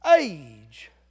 age